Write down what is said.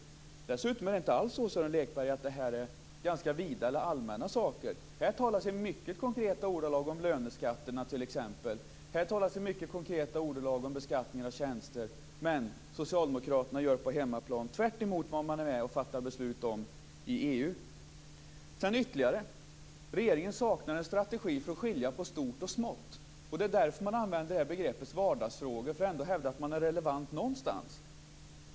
Dessutom är det inte alls så som Sören Lekberg säger att det här är ganska vida eller allmänna saker. Här talas i mycket konkreta ordalag om t.ex. löneskatterna. Här talas det i mycket konkreta ordalag om beskattningen av tjänster. Men socialdemokraterna gör på hemmaplan tvärtemot vad man är med och fattar beslut om i EU. Sedan ytterligare: Regeringen saknar en strategi för att skilja på stort och smått. Det är därför man använder begreppet vardagsfrågor för att ändå hävda att man är relevant någonstans.